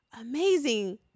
amazing